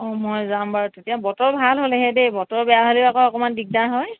অঁ মই যাম বাৰু তেতিয়া বতৰ ভাল হ'লেহে দেই বতৰ বেয়া হ'লেও আকৌ অকণমান দিগদাৰ হয়